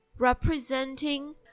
representing